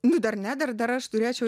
nu dar nedera dar aš turėčiau